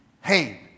hey